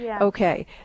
Okay